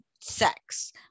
sex